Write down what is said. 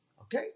Okay